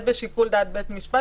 בשיקול דעת בית המשפט,